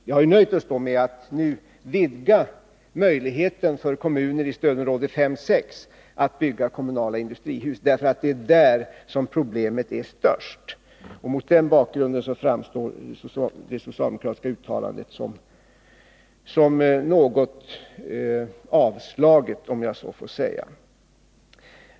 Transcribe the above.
Vi har nöjt oss med att nu vidga möjligheten för kommuner i stödområdena 5 och 6 att bygga kommunala industrihus även om man inte har hyreskontrakt klara. Vi har gjort det därför att det är där som problemen är störst. Mot den bakgrunden framstår det socialdemokratiska uttalandet som något avslaget, om jag så får säga.